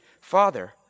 Father